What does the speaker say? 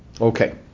Okay